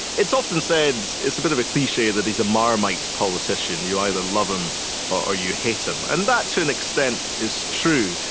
it's often said it's a bit of a cliche that he's a marmite politician you either love him or you hate him and that to an extent is true.